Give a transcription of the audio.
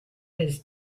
his